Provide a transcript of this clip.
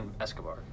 Escobar